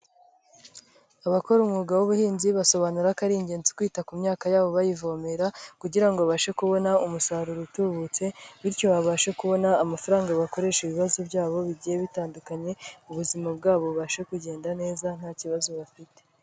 Abakora umwuga w'ubuhinzi, basobanura ko ari ingenzi kwita ku myaka yabo bayivomera, kugira ngo babashe kubona umusaruro utubutse, bityo babashe kubona amafaranga bakoresha ibibazo byabo, bigiye bitandukanye, ubuzima bwabo bubashe kugenda neza nta kibazo bafite.